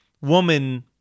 woman